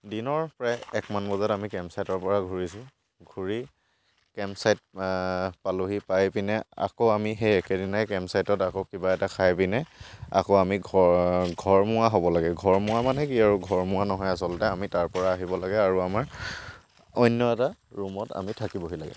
দিনৰ প্ৰায় একমান বজাত আমি কেম্প ছাইটৰপৰা ঘূৰিছোঁ ঘূৰি কেম্প ছাইট পালোহি পাই পিনে আকৌ আমি সেই একেদিনাই কেম্প ছাইটত আকৌ কিবা এটা খাই পিনে আকৌ আমি ঘৰ ঘৰমুৱা হ'ব লাগে ঘৰমুৱা মানে কি আৰু ঘৰমুৱা নহয় আচলতে আমি তাৰপৰা আহিব লাগে আৰু আমাৰ অন্য এটা ৰূমত আমি থাকিবহি লাগে